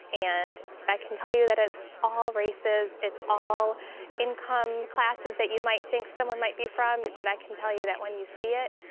and i can tell you that it's all races, it's all income classes that you might think someone might be from. but i can tell you that when you see it,